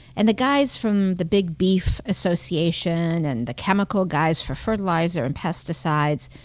and the guys from the big beef association, and the chemical guys for fertilizer and pesticides,